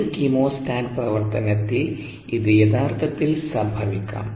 ഒരു കീമോസ്റ്റാറ്റ് പ്രവർത്തനത്തിൽ ഇത് യഥാർത്ഥത്തിൽ സംഭവിക്കാം